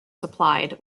supplied